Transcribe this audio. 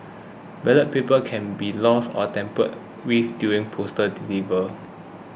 ballot papers can be lost or tampered with during postal delivery